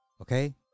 okay